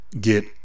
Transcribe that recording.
get